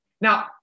Now